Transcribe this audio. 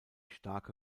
starke